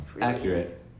accurate